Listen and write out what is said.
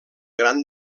gran